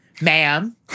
Ma'am